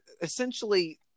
essentially